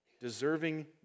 deserving